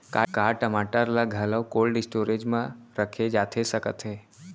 का टमाटर ला घलव कोल्ड स्टोरेज मा रखे जाथे सकत हे?